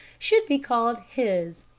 should be called his,